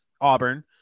Auburn